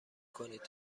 کنید